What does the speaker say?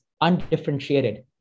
undifferentiated